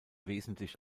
wesentlich